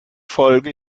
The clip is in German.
folge